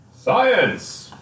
Science